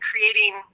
creating